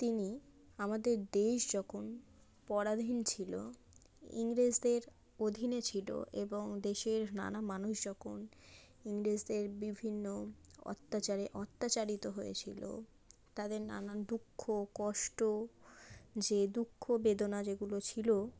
তিনি আমাদের দেশ যখন পরাধীন ছিল ইংরেজদের অধীনে ছিল এবং দেশের নানা মানুষ যখন ইংরেজদের বিভিন্ন অত্যাচারে অত্যাচারিত হয়েছিল তাদের নানান দুঃখ কষ্ট যে দুঃখ বেদনা যেগুলো ছিল